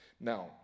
Now